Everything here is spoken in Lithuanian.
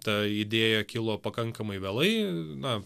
ta idėja kilo pakankamai vėlai na